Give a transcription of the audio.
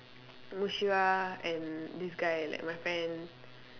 Mushira and this guy like my friend